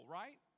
right